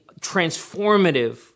transformative